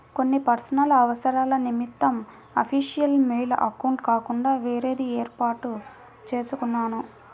కొన్ని పర్సనల్ అవసరాల నిమిత్తం అఫీషియల్ మెయిల్ అకౌంట్ కాకుండా వేరేది వేర్పాటు చేసుకున్నాను